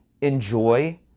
enjoy